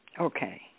Okay